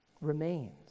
remains